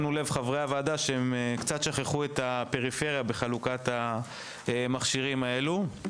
כחברי הוועדה שמנו לב שהם קצת שכחו את הפריפריה בחלוקת המכשירים הללו.